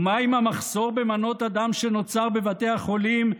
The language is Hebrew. ומה עם המחסור במנות הדם שנוצר בבתי החולים,